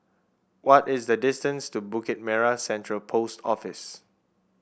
what is the distance to Bukit Merah Central Post Office